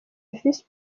visi